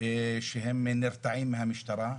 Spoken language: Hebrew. נרתעים מהמשטרה.